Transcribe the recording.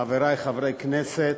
חברי חברי הכנסת,